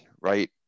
right